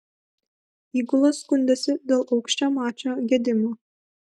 įgula skundėsi dėl aukščiamačio gedimo